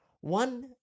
One